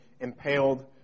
impaled